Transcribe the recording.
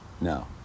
No